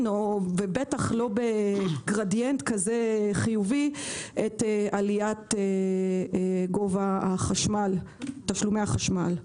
ובטח לא בגרנדיאנט כזה חיובי את עליית תשלומי החשמל.